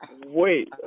wait